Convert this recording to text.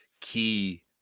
key